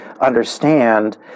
understand